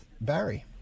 Barry